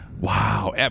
Wow